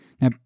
Now